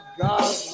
God